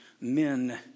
men